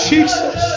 Jesus